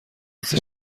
لیست